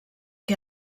que